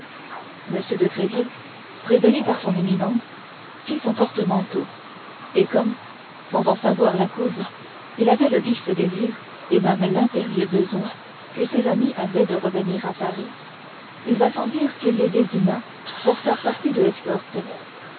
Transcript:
de tréville prévenu par son éminence fit son portemanteau et comme sans en savoir la cause il savait le vif désir et même l'impérieux besoin que ses amis avaient de revenir à paris il va sans dire qu'il les désigna pour faire partie de l'escorte